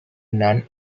non